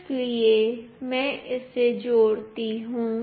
इसलिए मैं इसे जोड़ती हूं